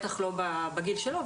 בטח לא בגיל שלו,